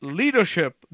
leadership